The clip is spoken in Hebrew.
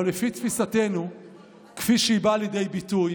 אבל לפי תפיסתנו כפי שהיא באה לידי ביטוי